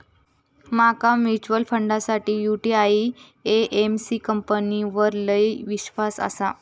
माका म्यूचुअल फंडासाठी UTI AMC कंपनीवर लय ईश्वास आसा